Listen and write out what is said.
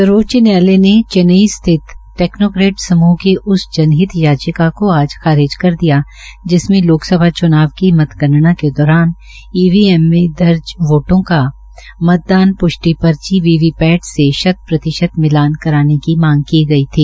सर्वोच्च न्यायालय ने चेन्नई स्थित टेक्नोक्रेट समूह की उस जनहित याचिका को आज खारिज कर दिया जिसमें लोकसभा च्नाव की मतगणना के दौरान ईवीएम मे दर्ज वोटों का मतदान पृष्टि पर्ची वी वी पेट से शत प्रतिशत मिलान कराने की मांग की गई थी